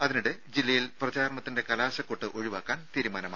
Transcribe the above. അതിനിടെ ജില്ലയിൽ പ്രചാരണത്തിന്റെ കലാശക്കൊട്ട് ഒഴിവാക്കാൻ തീരുമാനമായി